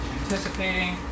anticipating